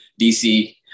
DC